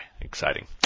exciting